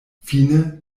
fine